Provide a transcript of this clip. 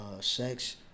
sex